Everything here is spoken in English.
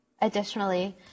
Additionally